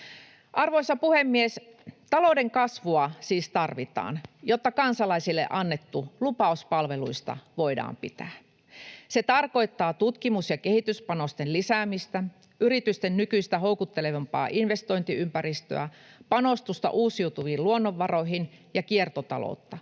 Arvoisa puhemies! Talouden kasvua siis tarvitaan, jotta kansalaisille annettu lupaus palveluista voidaan pitää. Se tarkoittaa tutkimus- ja kehityspanosten lisäämistä, yritysten nykyistä houkuttelevampaa investointiympäristöä, panostusta uusiutuviin luonnonvaroihin ja kiertotaloutta.